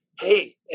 Hey